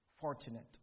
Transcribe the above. fortunate